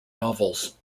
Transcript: novels